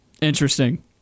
Interesting